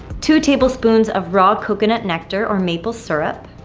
two tablespoons of raw coconut nectar or maple syrup,